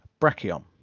Brachion